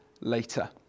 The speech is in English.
later